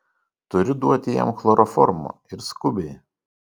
turiu duoti jam chloroformo ir skubiai